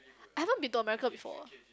I haven't been to America before